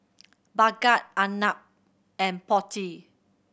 Bhagat Arnab and Potti